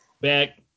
back